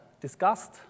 discussed